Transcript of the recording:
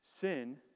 Sin